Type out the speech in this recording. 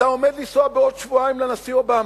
אתה עומד לנסוע בעוד שבועיים לנשיא אובמה.